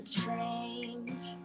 change